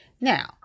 Now